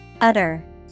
Utter